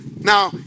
Now